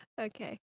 Okay